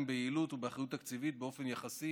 ביעילות ובאחריות תקציבית באופן יחסי